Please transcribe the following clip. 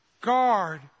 guard